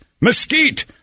mesquite